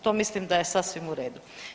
To mislim da je sasvim u redu.